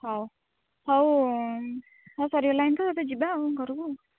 ହଉ ହଉ ହଉ ସରିଗଲାଣି ତ ତ ଏବେ ଯିବା ଆଉ ଘରକୁ